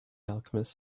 alchemist